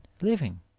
living